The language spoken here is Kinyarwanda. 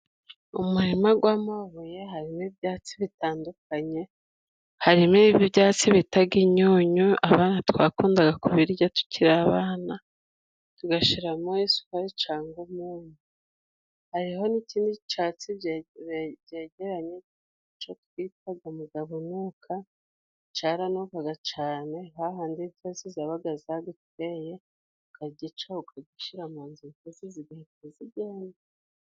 Umurima gw'amabuye harimo ibyatsi bitandukanye. Harimo ibyatsi bitaga inyunyu. Twakundaga kubirya tukiri abana tugashiramo isukari cangwa umunyu. Hariho n'ikindi catsi byegeranye co twitaga mugabunuka, caranukaga cane hahandi intozi zabaga zaduteye ukagica ukagshira mu nzu, intozi zigahita zigenda.